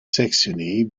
saxony